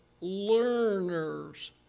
learners